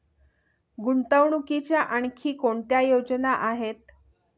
गुंतवणुकीच्या आणखी कोणत्या योजना आहेत?